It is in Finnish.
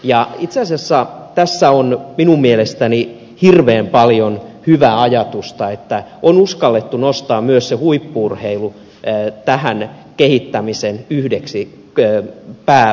itse asiassa tässä on minun mielestäni hirveän paljon hyvää ajatusta että on uskallettu nostaa myös se huippu urheilu tähän kehittämisen yhdeksi pääpainopisteeksi